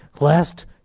Last